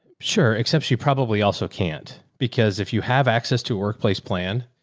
sure. except she probably also can't because if you have access to workplace plan,